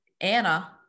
Anna